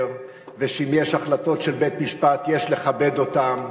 ושאם יש החלטות של בית-משפט יש לכבד אותן.